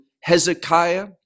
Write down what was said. Hezekiah